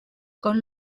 con